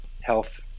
health